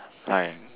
like